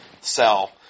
sell